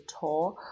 tour